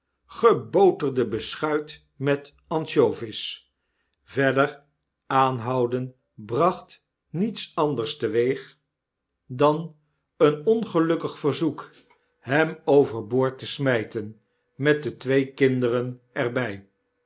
geboterde beschuit met ansjovis verder aanhouden bracht niets anders teweeg dan een ongelukkig verzoek hem over boord te smyten met de twee kinderen er